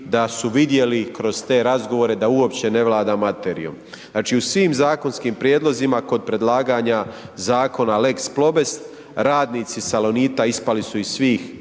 da su vidjeli kroz te razgovore da uopće ne vlada materijom. Znači, u svim zakonskim prijedlozima kod predlaganja zakona lex Plobest, radnici Salonita ispali su iz svih